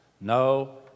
no